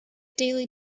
daily